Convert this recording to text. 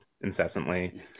incessantly